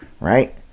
right